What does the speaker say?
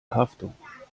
haftung